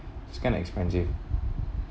it's kind of expensive